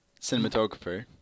cinematographer